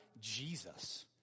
Jesus